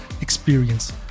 experience